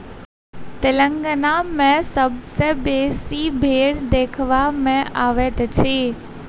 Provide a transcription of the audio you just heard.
तेलंगाना मे सबसँ बेसी भेंड़ देखबा मे अबैत अछि